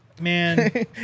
Man